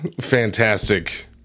fantastic